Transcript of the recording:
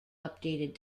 updated